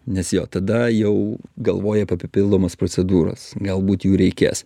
nes jo tada jau galvoji apie papildomas procedūras galbūt jų reikės